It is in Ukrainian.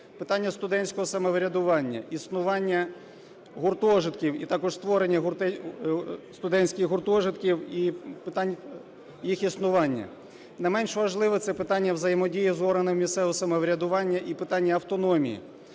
питання студентського самоврядування, існування гуртожитків і також створення студентських гуртожитків і питань їх існування. Не менш важливе - це питання взаємодія з органами місцевого самоврядування і питання автономії.